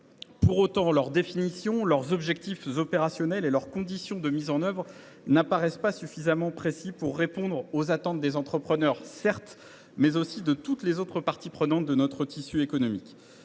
Pour autant, leur définition, leurs objectifs opérationnels et leurs conditions de mise en œuvre ne semblent pas suffisamment précis pour répondre aux attentes non seulement des entrepreneurs, mais aussi de toutes les parties prenantes de notre tissu économique.